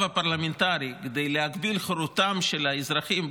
הפרלמנטרי כדי להגביל את זכותם של אזרחים,